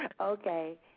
Okay